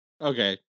Okay